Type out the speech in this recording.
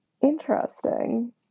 interesting